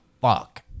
fuck